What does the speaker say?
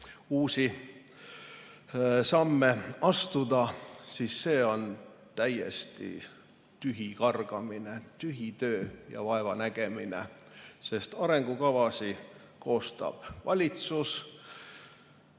uusi samme astuda –, on täiesti tühikargamine, tühi töö ja vaevanägemine, sest arengukavasid koostab valitsus.